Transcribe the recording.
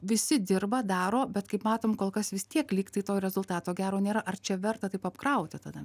visi dirba daro bet kaip matom kol kas vis tiek lyg tai to rezultato gero nėra ar čia verta taip apkrauti tada